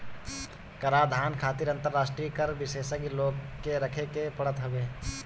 कराधान खातिर अंतरराष्ट्रीय कर विशेषज्ञ लोग के रखे के पड़त हवे